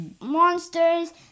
monsters